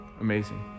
Amazing